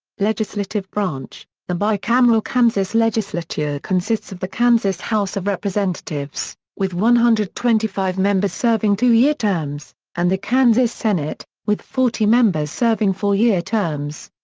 legislative branch the bicameral kansas legislature consists of the kansas house of representatives, with one hundred and twenty five members serving two-year terms, and the kansas senate, with forty members serving four-year terms.